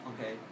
okay